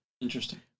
Interesting